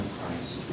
Christ